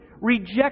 reject